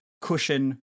cushion